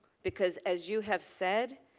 because as you have said,